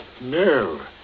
no